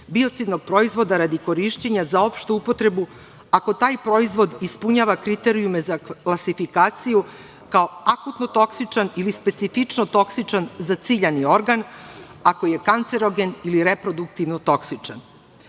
biocidnog proizvoda radi korišćenja za opštu upotrebu ako taj proizvod ispunjava kriterijume za klasifikaciju kao akutno toksičan ili specifično toksičan za ciljani organ, ako je kancerogen ili reproduktivno toksičan. Dakle,